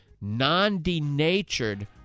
non-denatured